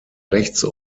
rechts